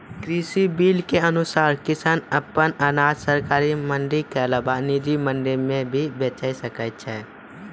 कृषि बिल के अनुसार किसान अप्पन अनाज सरकारी मंडी के अलावा निजी मंडी मे भी बेचि सकै छै